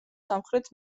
სამხრეთ